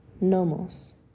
nomos